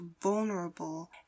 vulnerable